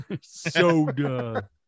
soda